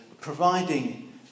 providing